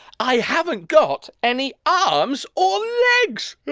i haven't got any arms or legs! uuu!